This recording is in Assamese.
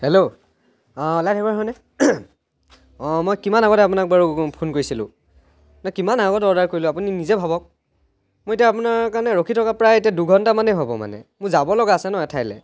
হেল্লো অঁ অ'লা ড্ৰাইভাৰ হয়নে অঁঁ মই কিমান আগতে আপোনাক বাৰু ফোন কৰিছিলোঁ মই কিমান আগতে অৰ্ডাৰ কৰিলোঁ আপুনি নিজে ভাবক মই এতিয়া আপোনাৰ কাৰণে ৰখি থকা প্ৰায় এতিয়া দুঘণ্টামানে হ'ব মানে মোৰ যাব লগা আছে ন এঠাইলে